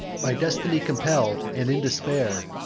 by destiny compell'd, and in despair,